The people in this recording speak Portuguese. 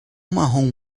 marrom